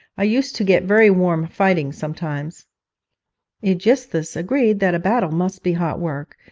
i used to get very warm fighting sometimes aegisthus agreed that a battle must be hot work,